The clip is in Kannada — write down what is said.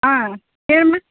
ಹಾಂ ಹೇಳಮ್ಮಾ